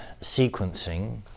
sequencing